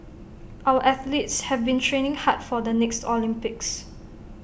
our athletes have been training hard for the next Olympics